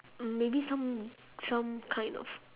maybe some some kind of